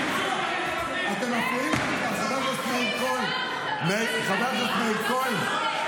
חבר הכנסת מאיר כהן,